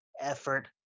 effort